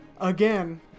Again